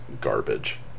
garbage